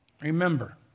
Remember